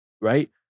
Right